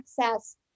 access